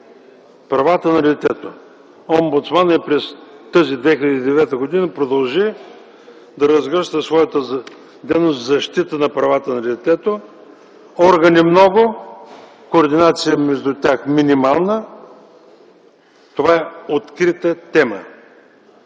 правата на детето. Омбудсманът и през тази 2009 г. продължи да разгръща своята дейност в защита правата на детето. Органи много – координация между тях минимална. Това е открита тема!